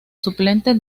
suplente